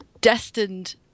destined